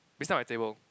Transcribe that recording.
beside my table